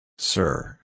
Sir